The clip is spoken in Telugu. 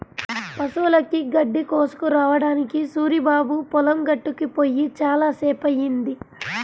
పశువులకి గడ్డి కోసుకురావడానికి సూరిబాబు పొలం గట్టుకి పొయ్యి చాలా సేపయ్యింది